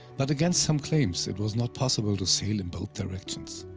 but against some claims, it was not possible to sail in both directions.